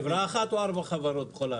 חברה אחת, או ארבע חברות בכל הארץ?